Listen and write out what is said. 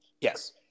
Yes